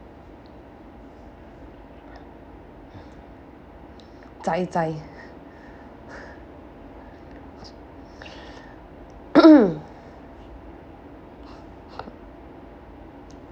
tsai tsai